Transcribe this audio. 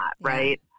Right